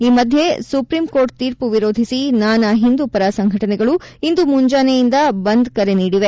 ಈ ಮಧ್ಯೆ ಸುಪ್ರಿಂಕೋರ್ಟ್ ತೀರ್ಮ ವಿರೋಧಿಸಿ ನಾನಾ ಹಿಂದೂ ಪರ ಸಂಘಟನೆಗಳು ಇಂದು ಮುಂಜಾನೆಯಿಂದ ಬಂದ್ ಕರೆ ನೀಡಿವೆ